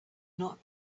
not